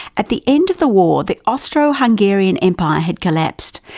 at the end of the war, the austro-hungarian empire had collapsed,